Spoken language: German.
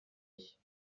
ich